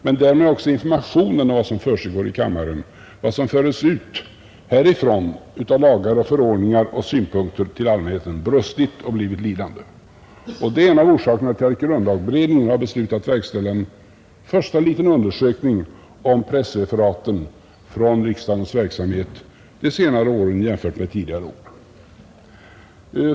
Men därmed har informationen om vad som försiggår i kammaren, vad som förs ut härifrån av lagar och förordningar och synpunkter till allmänheten, brustit och blivit lidande. Det är en av orsakerna till att grundlagberedningen beslutat verkställa en första liten undersökning om pressreferaten om riksdagens verksamhet de senaste åren jämfört med tidigare år.